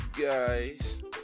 guys